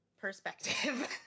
perspective